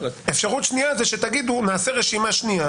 אפשרות שנייה זה שתגידו נעשה רשימה שנייה